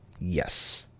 Yes